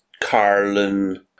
Carlin